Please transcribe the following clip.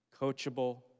coachable